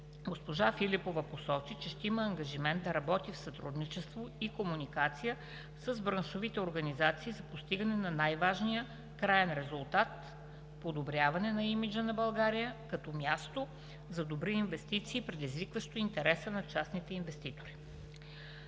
госпожа Филипова посочи, че ще има ангажимент да работи в сътрудничество и комуникация с браншовите организации за постигане на най-важния краен резултат – подобряване имиджа на България като място за добри инвестиции, предизвикващо интереса на частните инвеститори.